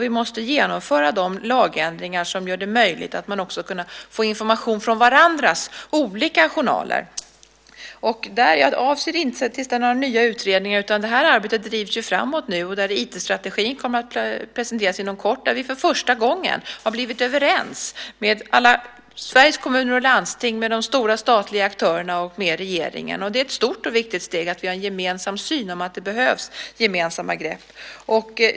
Vi måste genomföra de lagändringar som gör det möjligt att också kunna få information från varandras olika journaler. Jag avser inte att tillsätta några utredningar, utan arbetet drivs nu framåt. IT-strategin kommer att presenteras inom kort. Vi har där för första gången blivit överens alla Sveriges kommuner och landsting, de stora statliga aktörerna och regeringen. Det är ett stort och viktigt steg att vi har en gemensam syn på att det behövs gemensamma grepp.